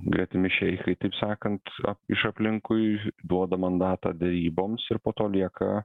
gretimi šeichai taip sakant iš aplinkui duoda mandatą deryboms ir po to lieka